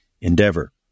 endeavor